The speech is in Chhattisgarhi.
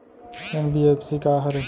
एन.बी.एफ.सी का हरे?